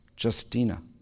Justina